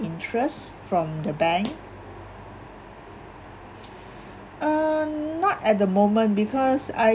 interest from the bank err not at the moment because I